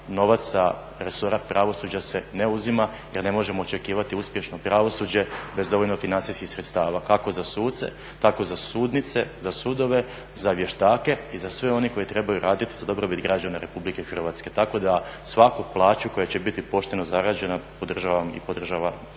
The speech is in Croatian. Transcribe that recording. novac sa resora pravosuđa se ne uzima jer ne možemo očekivati uspješno pravosuđe bez dovoljno financijskih sredstava kako za suce tako i za sudnice, za sudove, za vještake i za sve one koji trebaju raditi za dobrobit građana Republike Hrvatske. Tako da svaku plaću koja će biti pošteno zarađen podržavam i podržava